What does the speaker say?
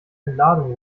entladung